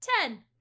Ten